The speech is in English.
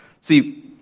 See